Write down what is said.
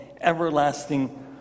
everlasting